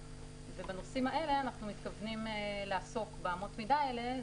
ובנושאים האלה אנחנו מתכוונים לעסוק באמות מידה האלה.